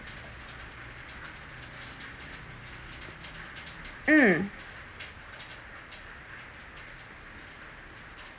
mm